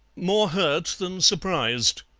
more hurt than surprised,